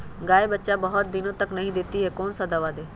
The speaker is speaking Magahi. गाय बच्चा बहुत बहुत दिन तक नहीं देती कौन सा दवा दे?